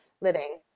living